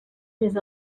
més